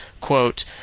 quote